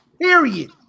Period